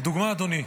לדוגמה, אדוני,